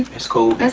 its cool.